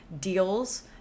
deals